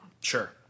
Sure